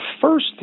first